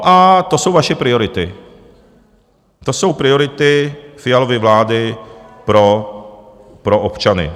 A to jsou vaše priority, to jsou priority Fialovy vlády pro občany.